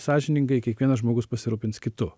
sąžiningai kiekvienas žmogus pasirūpins kitu